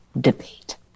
debate